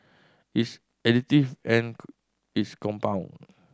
it's additive and its compound